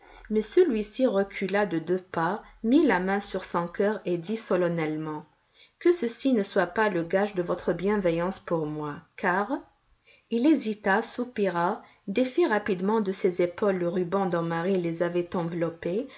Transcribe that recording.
mais celui-ci recula de deux pas mit la main sur son cœur et dit solennellement que ceci ne soit pas le gage de votre bienveillance pour moi car il hésita soupira défit rapidement de ses épaules le ruban dont marie les avait enveloppées